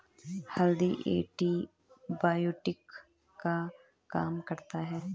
हल्दी एंटीबायोटिक का काम करता है